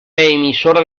emisora